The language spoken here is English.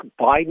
Biden